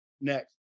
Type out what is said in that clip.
next